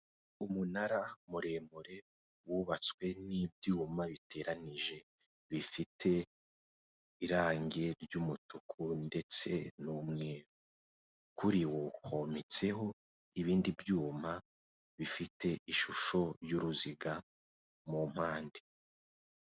Umunara muremure wubatswe n'ibyuma biteranije bifite irange ry'umutuku ndetse n'umweru, kuriwo hometseho ibindi byuma bifite ishusho y'uruziga mu mpande.